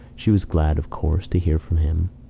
she was glad, of course, to hear from him,